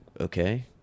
okay